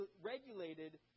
regulated